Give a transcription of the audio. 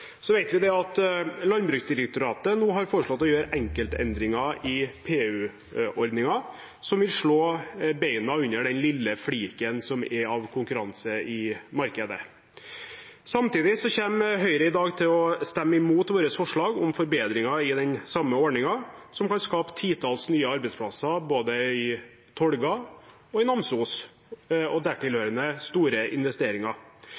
Vi vet at Landbruksdirektoratet nå har foreslått å gjøre enkelte endringer i PU-ordningen, som vil slå beina under den lille fliken som er av konkurranse i markedet. Samtidig kommer Høyre i dag til å stemme imot vårt forslag om forbedringer i den samme ordningen, som kan skape titalls nye arbeidsplasser både i Tolga og i Namsos, og dertil hørende store investeringer.